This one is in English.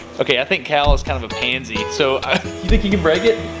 ok i think cal is kind of a pansy so i. you think you can break it?